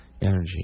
energy